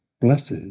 Blessed